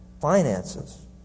finances